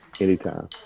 anytime